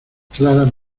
claras